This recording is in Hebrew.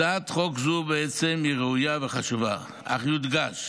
הצעת חוק זו ראויה וחשובה, אך יודגש